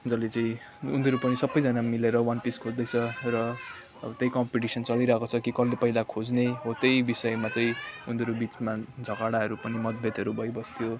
जसले चाहिँ उनीहरू पनि सबैजना मिलेर वान पिस खोज्दैछ र अब त्यही कम्पिटिसन चलिरहेको छ कि कसले पहिला खोज्ने हो त्यहिँ बिषयमा चाहिँ उनीहरू बिचमा झगडाहरू पनि मदभेद भइबस्थ्यो